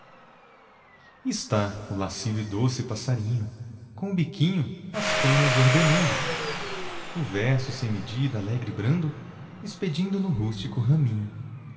está o lascivo e doce passarinho com o biquinho as penas ordenando o verso sem medida alegre e brando espedindo no rústico raminho